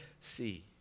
see